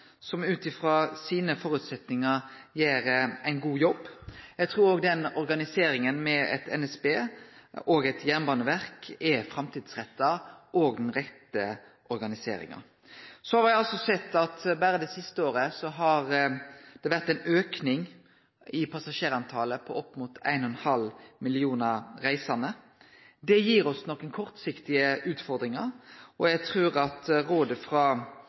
som ut frå sine føresetnader gjer ein god jobb. Eg trur òg organiseringa med eit NSB og eit jernbaneverk er framtidsretta og er den rette organiseringa. Me har berre det siste året sett at det har vore ein auke i passasjertalet på opp mot ein halv million reisande. Det gir oss nokon kortsiktige utfordringar. Eg trur at rådet frå